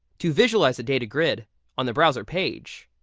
to visualize the data grid on the browser page,